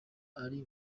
ari